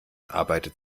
arbeitet